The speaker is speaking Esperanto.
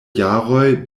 jaroj